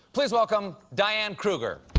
please welcome diane kruger.